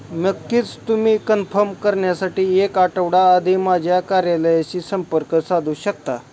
नक्कीच तुम्ही कन्फम करण्यासाठी एक आठवडा आधी माझ्या कार्यालयाशी संपर्क साधू शकता